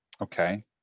okay